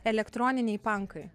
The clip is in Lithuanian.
elektroniniai pankai